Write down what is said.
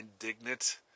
indignant